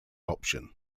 option